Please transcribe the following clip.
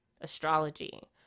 astrology